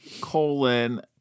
colon